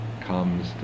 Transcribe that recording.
comes